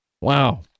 Wow